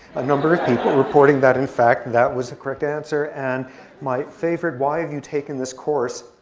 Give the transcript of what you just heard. a number of people reporting that, in fact, that was the correct answer. and my favorite, why have you taken this course?